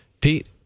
Pete